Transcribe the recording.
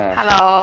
Hello